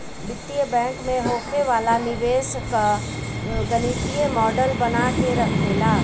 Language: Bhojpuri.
वित्तीय बैंक में होखे वाला निवेश कअ गणितीय मॉडल बना के रखेला